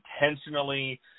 intentionally